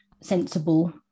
sensible